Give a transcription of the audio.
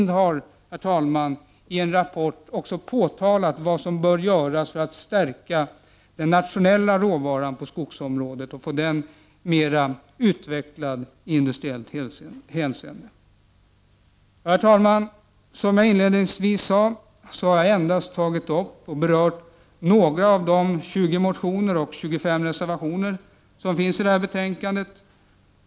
SIND har, herr talman, i en rapport påtalat vad som bör göras för att stärka den nationella råvaran på skogsområdet och få den bättre utvecklad i industriellt hänseende. Herr talman! Som jag inledningsvis sade har jag endast berört några av de 20 motioner och 25 reservationer som finns i detta betänkande.